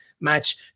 match